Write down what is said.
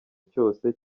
cyose